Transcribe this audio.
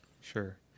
Sure